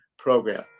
Program